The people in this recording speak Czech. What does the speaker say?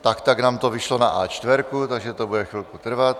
Tak tak nám to vyšlo na A4, takže to bude chvilku trvat.